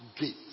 gate